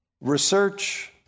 research